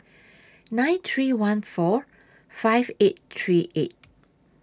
nine three one four five eight three eight